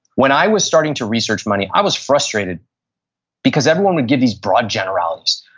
when i was starting to research money, i was frustrated because everyone would give these broad generalities.